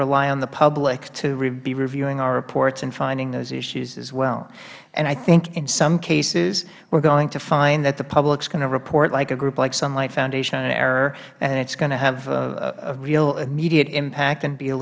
rely on the public to be reviewing our reports and finding those issues as well i think in some cases we are going to find that the public is going to report like a group like sunlight foundation an error and it is going to have a real immediate impact and be a